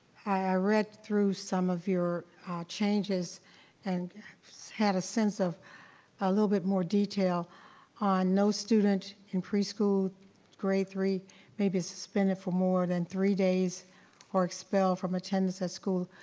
i read through some of your changes and had a sense of a little bit more detail on no student in preschool to grade three may be suspended for more than three days or expelled from attendance at school.